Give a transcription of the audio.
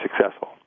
successful